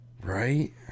Right